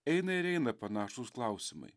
eina ir eina panašūs klausimai